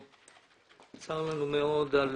צר לנו מאוד על